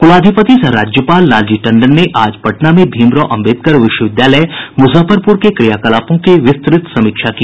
कुलाधिपति सह राज्यपाल लालजी टंडन ने आज पटना में भीमराव अम्बेदकर विश्वविद्यालय मुजफ्फरपुर के क्रियाकलापों की विस्तृत समीक्षा की